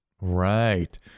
right